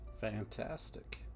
Fantastic